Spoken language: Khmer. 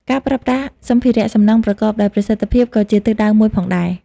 ការប្រើប្រាស់សម្ភារៈសំណង់ប្រកបដោយប្រសិទ្ធភាពក៏ជាទិសដៅមួយផងដែរ។